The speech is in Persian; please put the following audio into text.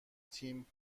تیم